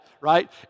right